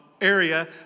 area